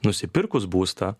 nusipirkus būstą